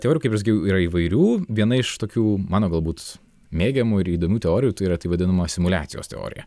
teorijų kaip ir sakiau yra įvairių viena iš tokių mano galbūt mėgiamų ir įdomių teorijų tai yra tai vadinama simuliacijos teorija